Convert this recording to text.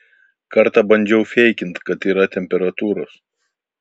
kartą bandžiau feikint kad yra temperatūros